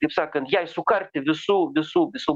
kaip sakant jai sukarti visų visų visų